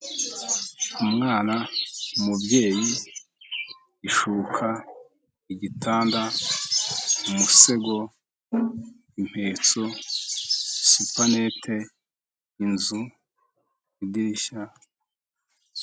Umwana umubyeyi, ishuka igitanda umusego, impetso supanete inzu idirishya.